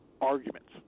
arguments